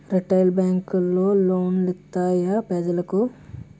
retail బేంకులు loan లిత్తాయి పెజలకు